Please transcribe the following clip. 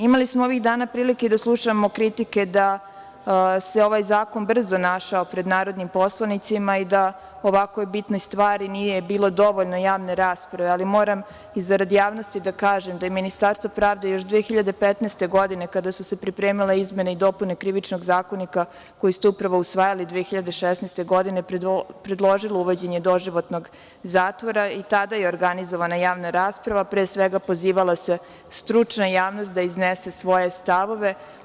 Imali smo ovih dana prilike da slušamo kritike da se ovaj zakon brzo našao pred narodnim poslanicima i da o ovako bitnoj stvari nije bilo dovoljno javne rasprave, ali moram i zarad javnosti da kažem da je Ministarstvo pravde još 2015. godine, kada su se pripremale izmene i dopune Krivičnog zakonika, koji ste upravo usvajali 2016. godine, predložilo uvođenje doživotnog zatvora i tada je organizovana javna rasprava, pre svega pozivala se stručna javnost da iznese svoje stavove.